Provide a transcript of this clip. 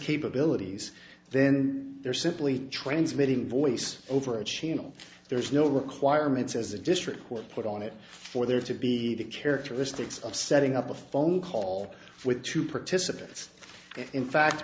capabilities then they're simply transmitting voice over a channel there is no requirements as a district court put on it for there to be the characteristics of setting up a phone call with two participants in fact